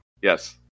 Yes